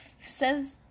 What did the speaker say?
says